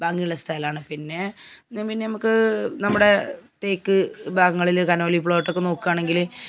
ഭംഗിയുള്ള സ്ഥലമാണ് പിന്നെ പിന്നെ നമുക്ക് നമ്മുടെ തേക്ക് ഭാഗങ്ങളിൽ കനോലീ പ്ലോട്ടൊക്കെ നോക്കുകയാണെങ്കിൽ